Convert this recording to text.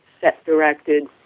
set-directed